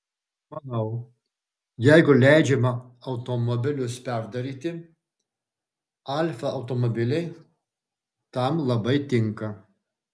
manau jeigu leidžiama automobilius perdaryti alfa automobiliai tam labai tinka